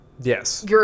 Yes